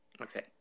okay